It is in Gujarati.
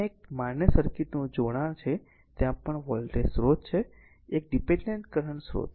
તેથી તે ત્યાં એક માન્ય સર્કિટ નું જોડાણ છે ત્યાં પણ વોલ્ટેજ સ્રોત છે એક ડીપેનડેન્ટ કરંટ સ્રોત